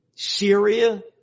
Syria